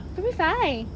primary five